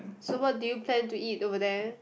so what do you plan to eat over there